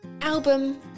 album